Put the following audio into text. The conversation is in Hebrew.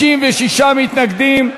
56 מתנגדים.